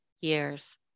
years